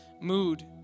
mood